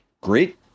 great